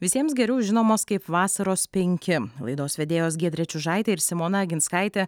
visiems geriau žinomos kaip vasaros penki laidos vedėjosgiedrė čiužaitė ir simona oginskaitė